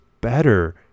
better